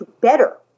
better